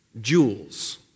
jewels